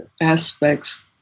aspects